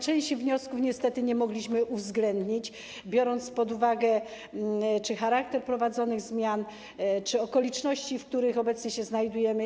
Części wniosków niestety nie mogliśmy uwzględnić, biorąc pod uwagę czy to charakter wprowadzanych zmian, czy okoliczności, w których obecnie się znajdujemy.